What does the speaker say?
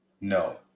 No